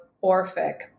Orphic